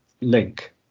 link